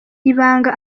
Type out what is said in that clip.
ibanga